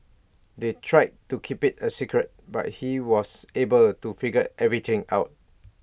they tried to keep IT A secret but he was able to figure everything out